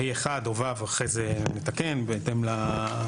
(ה1) או (ו), אחרי זה נתקן בהתאם לנסחות: